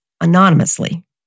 anonymously